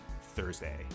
Thursday